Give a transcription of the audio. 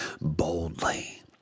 boldly